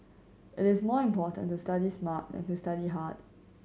it is more important to study smart than to study hard